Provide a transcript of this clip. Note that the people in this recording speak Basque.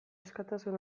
askatasun